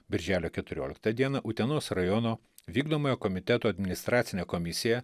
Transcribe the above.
birželio keturioliktą dieną utenos rajono vykdomojo komiteto administracinė komisija